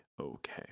okay